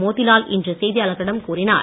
மோதிலால் இன்று செய்தியாளர்களிடம் கூறினார்